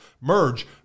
merge